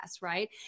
right